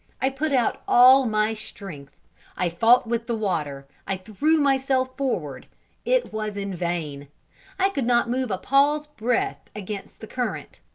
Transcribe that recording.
i put out all my strength i fought with the water i threw myself forward it was in vain i could not move a paw's breadth against the current.